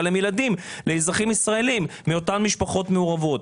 אבל הם ילדים לאזרחים ישראלים מאותן משפחות מעורבות.